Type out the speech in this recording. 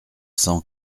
cent